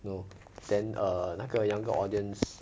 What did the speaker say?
you know then err 那个 younger audience